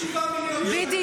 לשים 7 מיליון שקלים --- בדיוק,